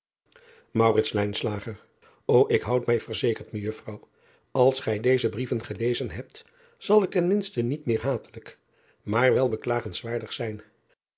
ô k houd mij verzekerd ejuffrouw als gij deze brieven gelezen hebt zal ik ten minste niet meer hatelijk maar wel beklagenswaardig zijn